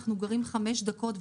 אנחנו גרים חמש דקות,